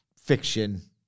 fiction